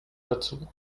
dazu